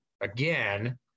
again